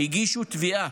הגישו תביעה